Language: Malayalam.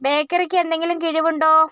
ബേക്കറിക്കെന്തെങ്കിലും കിഴിവുണ്ടോ